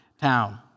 town